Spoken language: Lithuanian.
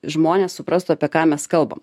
žmonės suprastų apie ką mes kalbam